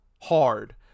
hard